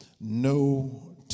no